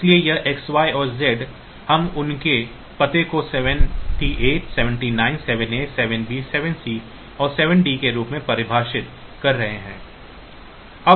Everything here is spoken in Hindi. इसलिए यह XY और Z हम उनके पते को 78 79 7A 7B 7C और 7D के रूप में परिभाषित कर रहे हैं